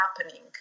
happening